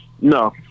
No